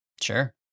sure